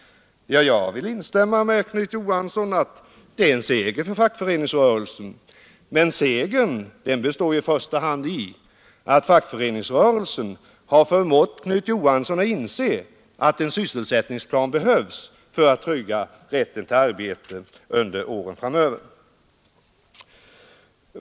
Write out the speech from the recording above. Jag vill instämma med herr Knut Johansson i att det är en seger för fackföreningsrörelsen, men segern består i första hand i att fackföreningsrörelsen har förmått herr Knut Johansson att inse att en sysselsättningsplan behövs för att trygga rätten till arbete under åren framöver.